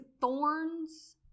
thorns